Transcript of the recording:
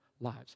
lives